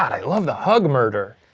i love the hug murder.